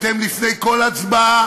אתם, לפני כל הצבעה